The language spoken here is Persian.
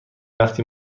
وقتی